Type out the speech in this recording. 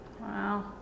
Wow